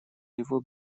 его